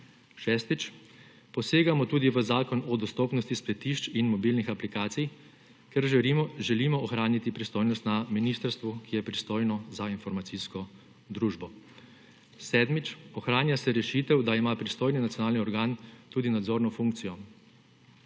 Šestič, posegamo tudi v Zakon o dostopnosti spletišč in mobilnih aplikacij, ker želimo ohraniti pristojnost na ministrstvu, ki je pristojno za informacijsko družbo. Sedmič, ohranja se rešitev, da ima pristojni nacionalni organ tudi nadzorno funkcijo,